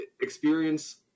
experience